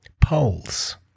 poles